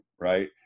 Right